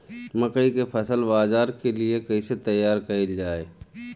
मकई के फसल बाजार के लिए कइसे तैयार कईले जाए?